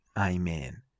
Amen